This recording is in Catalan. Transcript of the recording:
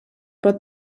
pot